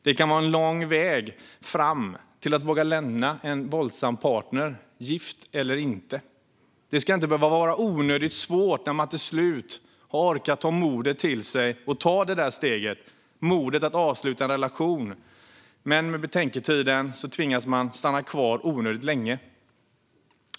Det kan vara en lång väg fram till att våga lämna en våldsam partner, gift eller inte. Det ska inte behöva vara onödigt svårt när man till slut har samlat mod att ta det där steget och avsluta relationen. Men med betänketiden tvingas man stanna kvar onödigt länge.